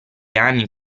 anni